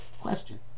question